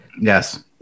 Yes